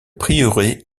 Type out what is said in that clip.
prieuré